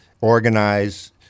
organize